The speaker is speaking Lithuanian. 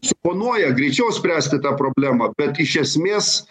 suponuoja greičiau spręsti tą problemą bet iš esmės